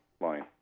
line